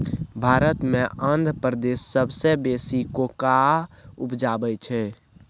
भारत मे आंध्र प्रदेश सबसँ बेसी कोकोआ उपजाबै छै